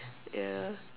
yeah